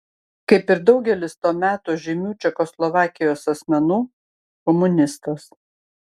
kaip ir daugelis to meto žymių čekoslovakijos asmenų komunistas